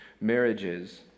marriages